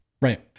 Right